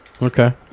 Okay